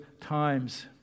times